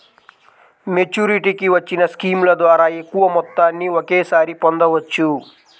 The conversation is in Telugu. మెచ్యూరిటీకి వచ్చిన స్కీముల ద్వారా ఎక్కువ మొత్తాన్ని ఒకేసారి పొందవచ్చు